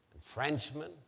Frenchmen